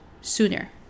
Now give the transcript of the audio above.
sooner